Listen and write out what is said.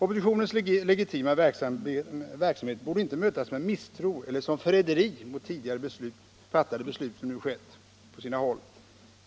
Oppositionens legitima verksamhet borde inte mötas med misstro eller betraktas som förräderi mot tidigare fattade beslut, såsom nu skett på sina håll.